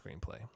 screenplay